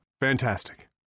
Fantastic